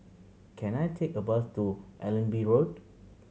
can I take a bus to Allenby Road